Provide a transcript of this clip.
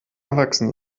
erwachsen